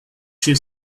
she